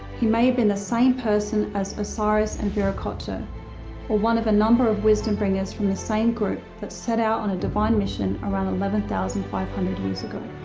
he may have been the same person as osiris and viracocha or one of a number of wisdom bringers from the same group that set out on a divine mission around eleven thousand five hundred years ago.